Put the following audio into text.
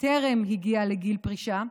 בטרם הגיע לגיל פרישה,